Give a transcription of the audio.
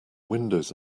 windows